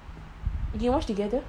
do you want to watch together